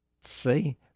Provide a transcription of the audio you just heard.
See